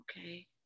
okay